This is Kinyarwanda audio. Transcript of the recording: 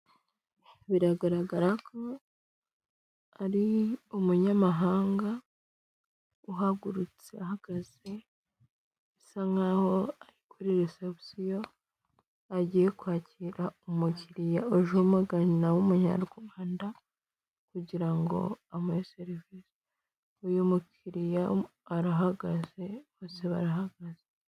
Biragaragara ko ari umunyamahanga uhagurutse ahagaze, asa nkaho ari kuri resebusiyo. Agiye kwakira umukiriya uje amugana w'umunyarwanda kugira ngo amuhe serivisi. Uyu mukiriya arahagaze bose barahagaze.